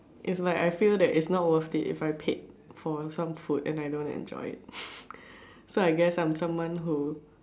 is like I feel that is not worth it if I paid for some food and I don't enjoy it so I guess I'm someone who